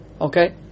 Okay